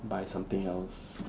buy something else